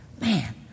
man